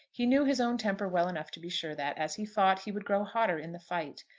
he knew his own temper well enough to be sure that, as he fought, he would grow hotter in the fight,